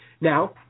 Now